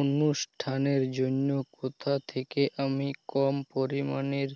অনুষ্ঠানের জন্য কোথা থেকে আমি কম পরিমাণের